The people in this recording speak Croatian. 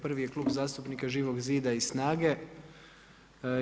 Prvi je Klub zastupnika Živog zida i SNAGA-e.